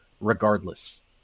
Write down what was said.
regardless